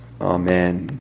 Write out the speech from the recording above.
Amen